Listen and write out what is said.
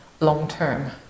long-term